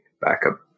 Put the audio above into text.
backup